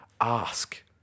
ask